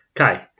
Okay